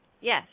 Yes